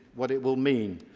what it will mean.